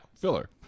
filler